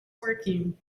working